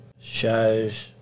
shows